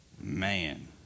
Man